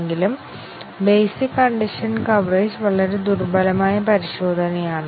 ഉത്തരം ഇല്ല കാരണം basic condition coverage decision coverage ഉറപ്പാക്കേണ്ടതില്ല